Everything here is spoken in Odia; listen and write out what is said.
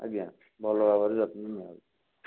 ଆଜ୍ଞା ଭଲ ଭାବରେ ଯତ୍ନ ନିଆ